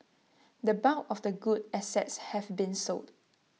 the bulk of the good assets have been sold